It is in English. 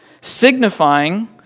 signifying